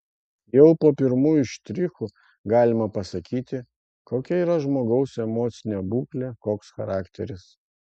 jau po pirmųjų štrichų galima pasakyti kokia yra žmogaus emocinė būklė koks charakteris